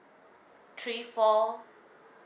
three four